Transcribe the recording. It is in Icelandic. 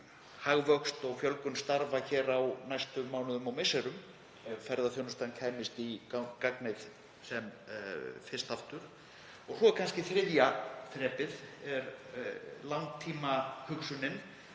hagvöxt og fjölgun starfa hér á næstu mánuðum og misserum ef ferðaþjónustan kæmist í gagnið sem fyrst aftur. Svo er þriðja þrepið kannski langtímahugsunin,